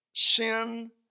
Sin